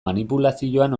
manipulazioan